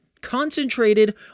concentrated